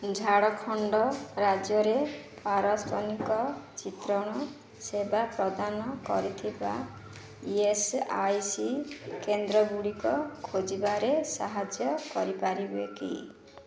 ଝାଡ଼ଖଣ୍ଡ ରାଜ୍ୟରେ ପାରସ୍ଵନିକ ଚିତ୍ରଣ ସେବା ପ୍ରଦାନ କରୁଥିବା ଇ ଏସ୍ ଆଇ ସି କେନ୍ଦ୍ର ଗୁଡ଼ିକ ଖୋଜିବାରେ ସାହାଯ୍ୟ କରିପାରିବ କି